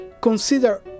consider